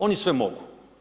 Oni sve mogu.